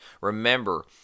remember